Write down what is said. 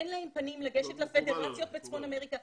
אין להם פנים לגשת לפדרציות בצפון אמריקה.